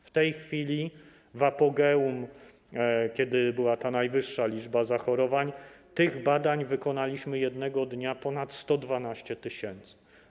W tej chwili w apogeum, kiedy była ta najwyższa liczba zachorowań, tych badań wykonaliśmy jednego dnia ponad 112 tys.